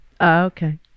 Okay